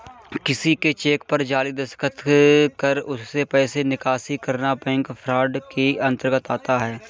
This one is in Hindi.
किसी के चेक पर जाली दस्तखत कर उससे पैसे की निकासी करना बैंक फ्रॉड के अंतर्गत आता है